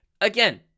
again